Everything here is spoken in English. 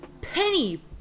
Penny